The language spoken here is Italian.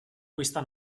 questa